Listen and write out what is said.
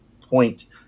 point